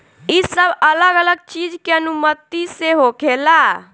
ई सब अलग अलग चीज के अनुमति से होखेला